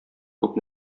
күп